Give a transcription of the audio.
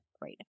right